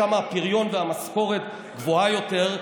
שם הפריון והמשכורת גבוהים יותר,